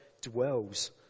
dwells